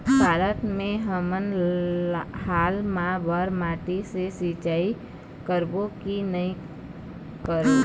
पताल मे हमन हाल मा बर माटी से सिचाई करबो की नई करों?